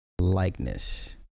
likeness